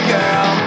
Girl